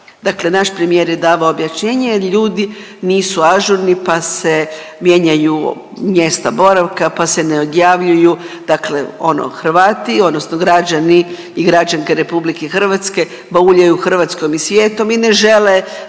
Dakle, naš premijer je davao objašnjenje jer ljudi nisu ažurni pa se mijenjaju mjesta boravka, pa se ne odjavljuju, dakle ono Hrvati odnosno građani i građanke RH bauljaju Hrvatskom i svijetom i ne žele